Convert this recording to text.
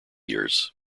years